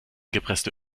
gepresste